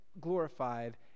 glorified